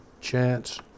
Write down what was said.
chance